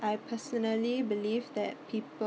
I personally believe that people